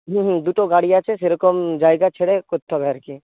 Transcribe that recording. হুম হুম দুটো গাড়ি আছে সেরকম জায়গা ছেড়ে করতে হবে আর কি